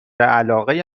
علاقه